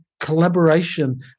collaboration